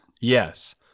Yes